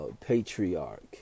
Patriarch